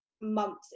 months